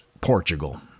Portugal